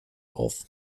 auf